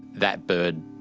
that bird,